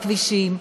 בכבישים,